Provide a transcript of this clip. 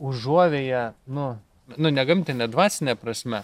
užuovėja nu nu ne gamtine dvasine prasme